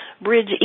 bridge